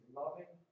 loving